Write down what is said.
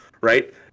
right